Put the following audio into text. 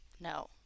No